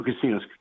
casinos